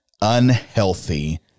unhealthy